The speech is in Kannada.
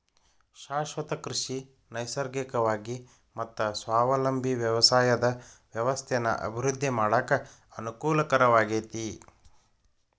ಶಾಶ್ವತ ಕೃಷಿ ನೈಸರ್ಗಿಕವಾಗಿ ಮತ್ತ ಸ್ವಾವಲಂಬಿ ವ್ಯವಸಾಯದ ವ್ಯವಸ್ಥೆನ ಅಭಿವೃದ್ಧಿ ಮಾಡಾಕ ಅನಕೂಲಕರವಾಗೇತಿ